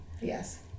Yes